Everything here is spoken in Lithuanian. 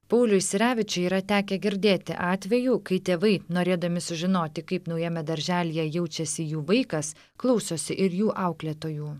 pauliui sirevičiui yra tekę girdėti atvejų kai tėvai norėdami sužinoti kaip naujame darželyje jaučiasi jų vaikas klausosi ir jų auklėtojų